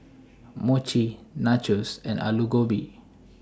Mochi Nachos and Alu Gobi